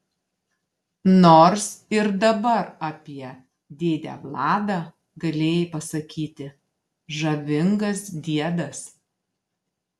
nors ir dabar apie dėdę vladą galėjai pasakyti žavingas diedas